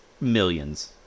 millions